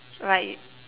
like